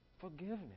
Forgiveness